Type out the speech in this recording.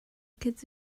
kids